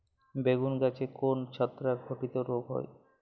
বেগুন গাছে কোন ছত্রাক ঘটিত রোগ হয়?